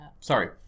Sorry